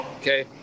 okay